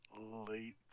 late